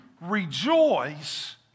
rejoice